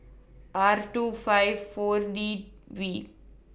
R two five four D V